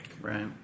Right